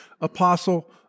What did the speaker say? apostle